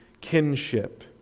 kinship